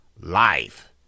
life